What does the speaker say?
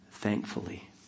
Thankfully